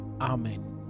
amen